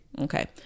okay